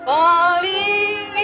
Falling